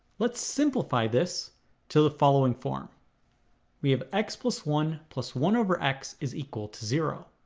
let's simplify this to the following form we have x plus one, plus one over x is equal to zero